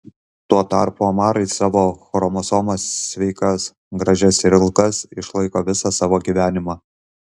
tuo tarpu omarai savo chromosomas sveikas gražias ir ilgas išlaiko visą savo gyvenimą